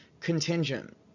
contingent